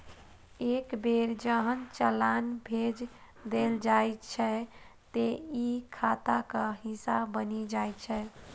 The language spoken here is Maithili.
एक बेर जहन चालान भेज देल जाइ छै, ते ई खाताक हिस्सा बनि जाइ छै